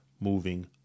moving